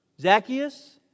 Zacchaeus